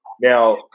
Now